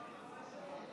שתי